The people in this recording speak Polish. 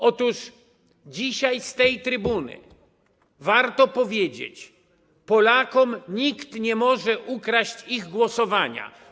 Otóż dzisiaj z tej trybuny warto powiedzieć: Polakom nikt nie może ukraść ich głosowania.